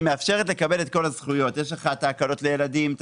מאפשרת לקבל את כל הזכויות; הקלות לילדים,